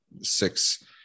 six